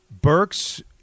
Burks